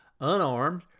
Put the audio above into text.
Unarmed